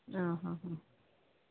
ആ ആ ആ